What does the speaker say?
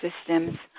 systems